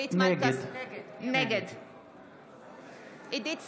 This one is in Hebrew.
נגד עידית סילמן,